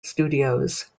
studios